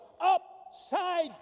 upside